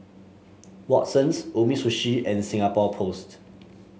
Watsons Umisushi and Singapore Post